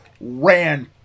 ran